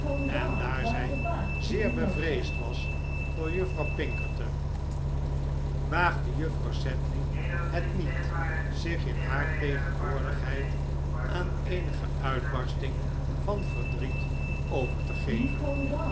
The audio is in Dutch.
en daar zij zeer bevreesd was voor juffrouw pinkerton waagde juffrouw sedley het niet zich in haar tegenwoordigheid aan eenige uitbarsting van verdriet over te geven